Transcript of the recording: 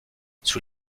sous